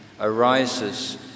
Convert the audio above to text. arises